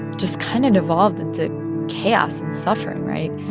just kind of devolved into chaos and suffering, right?